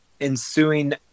ensuing